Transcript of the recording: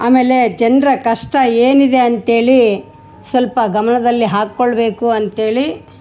ಆಮೇಲೆ ಜನರ ಕಷ್ಟ ಏನಿದೆ ಅಂತೇಳಿ ಸ್ವಲ್ಪ ಗಮನದಲ್ಲಿ ಹಾಕ್ಕೊಳ್ಳಬೇಕು ಅಂತೇಳಿ